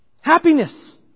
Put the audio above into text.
Happiness